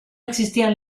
existían